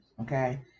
okay